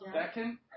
Second